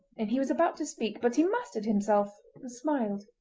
and he was about to speak, but he mastered himself and smiled.